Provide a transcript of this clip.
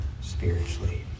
spiritually